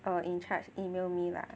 or in charge email me lah